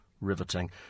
Riveting